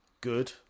Good